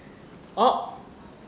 oh